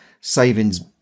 savings